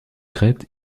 crest